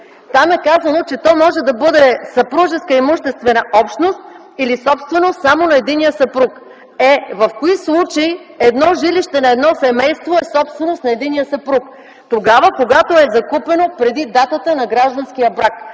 Там е казано, че то може да бъде съпружеска имуществена общност или собственост само на единия съпруг. Е, в кои случаи едно жилище на едно семейство е собственост на единия съпруг? - Тогава, когато е закупено преди датата на гражданския брак.